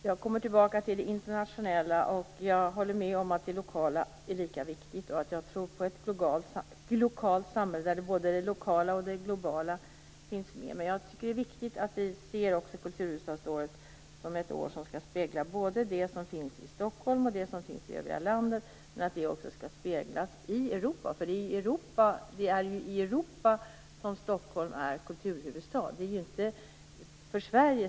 Fru talman! Jag återkommer till det internationella. Jag håller med om att det lokala är lika viktigt. Jag tror på ett lokalt samhälle där både det lokala och det globala finns med. Det är viktigt att vi ser kulturhuvudstadsåret som ett år som skall spegla både det som finns i Stockholm och det som finns i övriga landet. Det skall speglas i Europa. Stockholm är kulturhuvudstad i Europa.